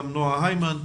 גם נועה היימן.